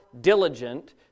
diligent